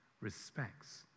respects